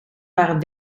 waren